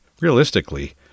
realistically